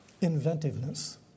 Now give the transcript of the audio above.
inventiveness